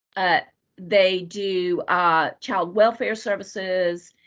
ah they do child welfare services